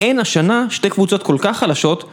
אין השנה שתי קבוצות כל כך חלשות